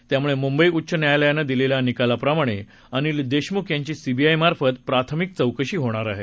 त्यामुळे मुंबई उच्च न्यायलयानं दिलेल्या निकाला प्रमाणे अनिल देशमुख यांची सी बी आय मार्फत प्राथमिक चौकशी होणार आहे